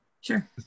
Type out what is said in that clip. Sure